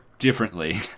Differently